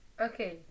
Okay